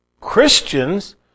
Christians